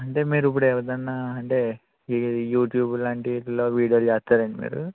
అంటే మీరు ఇప్పుడు ఎవరిదైనా అంటే యూట్యూబ్ లాంటి వీటిల్లో వీడియోలు చేస్తారండి మీరు